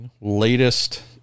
latest